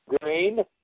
green